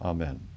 Amen